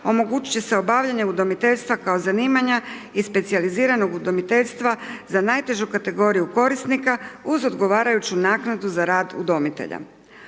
omogućiti će se obavljanje udomiteljstva kao zanimanja i specijaliziranog udomiteljstva za najtežu kategoriju korisnika uz odgovarajuću naknadu za rad udomitelja.